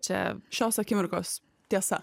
čia šios akimirkos tiesa